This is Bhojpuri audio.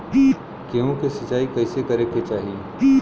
गेहूँ के सिंचाई कइसे करे के चाही?